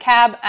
Cab